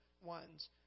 ones